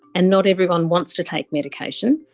and not everyone wants to take medication.